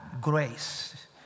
grace